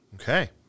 Okay